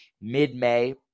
mid-may